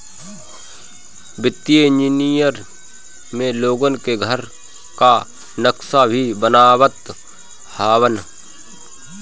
वित्तीय इंजनियर में लोगन के घर कअ नक्सा भी बनावत हवन